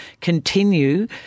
Continue